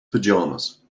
pajamas